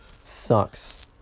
sucks